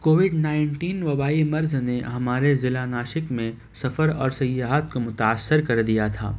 Covid nineteen وبائی مرض نے ہمارے ضلع ناشک میں سفر اور سیاحت کو متاثر کر دیا تھا